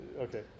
okay